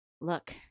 look